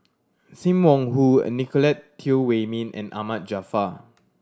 Sim Wong Hoo a Nicolette Teo Wei Min and Ahmad Jaafar